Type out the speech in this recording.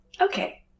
Okay